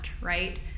right